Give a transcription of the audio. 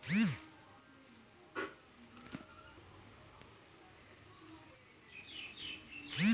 समुन्द्री मत्स्यिकी से देश विदेश मे निरयात करलो जाय छै